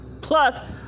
Plus